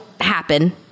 happen